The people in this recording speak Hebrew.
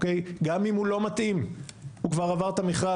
גם אם הוא לא מתאים הוא כבר עבר את המכרז.